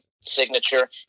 Signature